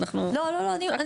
לא, לא.